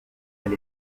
elle